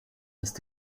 ist